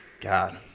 God